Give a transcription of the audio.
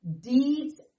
deeds